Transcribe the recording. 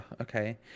okay